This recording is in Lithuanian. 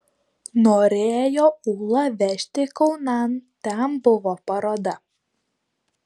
norėjo ūlą vežti kaunan ten buvo paroda